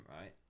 right